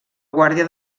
guàrdia